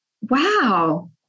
wow